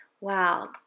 Wow